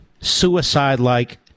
suicide-like